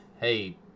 hey